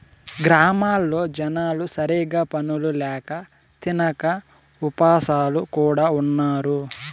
గ్రామాల్లో జనాలు సరిగ్గా పనులు ల్యాక తినక ఉపాసాలు కూడా ఉన్నారు